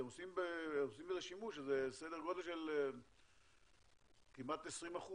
שאתם עושים בזה שימוש בסדר גודל של כמעט 20%,